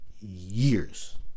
years